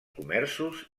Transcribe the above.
comerços